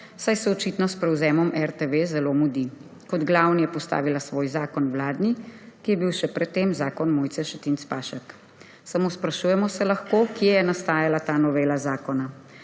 saj se očitno s prevzemom RTV zelo mudi. Kot glavni je postavila svoj vladni zakon, ki je bil še pred tem zakon Mojce Šetinc Pašek. Samo sprašujemo se lahko, kje je nastajala ta novela zakona.